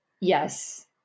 Yes